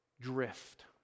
drift